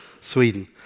Sweden